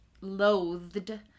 loathed